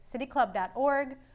cityclub.org